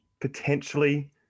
potentially